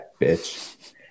bitch